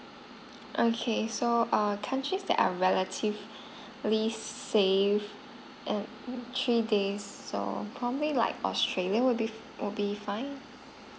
okay so err countries that are relatively safe err three days so probably like australia would be would be fine